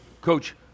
Coach